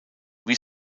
wie